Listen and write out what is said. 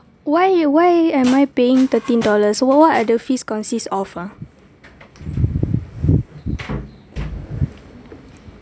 why why am I paying thirteen dollars so what what are the fees consist of ah